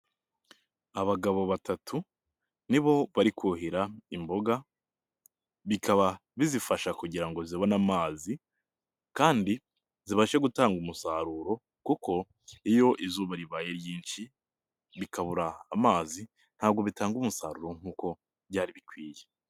Abagabo batatu nibo bari kuhira imboga, bikaba bizifasha kugira ngo zibone amazi kandi zibashe gutanga umusaruro kuko iyo izuba ribaye ryinshi bikabura amazi ntabwo bitanga umusaruro nk'uko byari bikwiye.